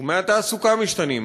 תחומי התעסוקה משתנים,